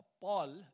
Paul